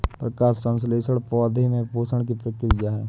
प्रकाश संश्लेषण पौधे में पोषण की प्रक्रिया है